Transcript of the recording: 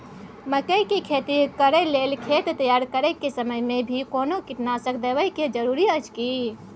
मकई के खेती कैर लेल खेत तैयार करैक समय मे भी कोनो कीटनासक देबै के जरूरी अछि की?